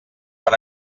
per